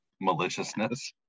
Maliciousness